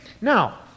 Now